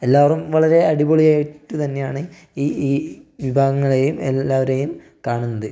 എല്ലാവരും വളരെ അടിപൊളി ആയിട്ട് തന്നെയാണ് ഈ ഈ വിഭാഗങ്ങളെയും എല്ലാവരെയും കാണുന്നത്